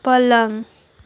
पलङ